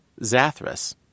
Zathras